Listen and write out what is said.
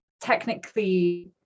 technically